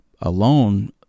alone